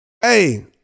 Hey